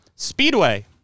Speedway